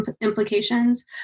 implications